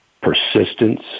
persistence